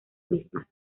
mismas